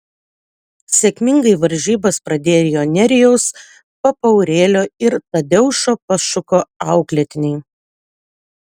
sėkmingai varžybas pradėjo nerijaus papaurėlio ir tadeušo pašuko auklėtiniai